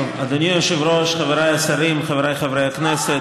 אדוני היושב-ראש, חבריי השרים, חבריי חברי הכנסת.